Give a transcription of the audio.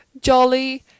jolly